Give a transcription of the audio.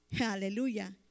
aleluya